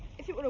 if it